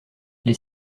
les